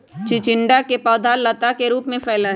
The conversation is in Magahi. चिचिंडा के पौधवा लता के रूप में फैला हई